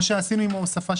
כרגע החוק הוא על זה.